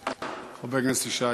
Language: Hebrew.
חבר הכנסת ישי,